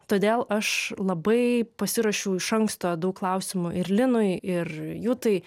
todėl aš labai pasiruošiau iš anksto daug klausimų ir linui ir jutai